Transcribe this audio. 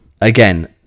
again